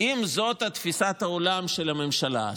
אם זו תפיסת העולם של הממשלה,